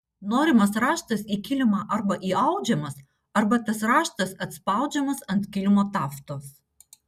norimas raštas į kilimą arba įaudžiamas arba tas raštas atspaudžiamas ant kilimo taftos